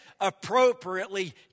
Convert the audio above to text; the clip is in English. appropriately